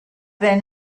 been